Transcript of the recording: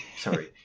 Sorry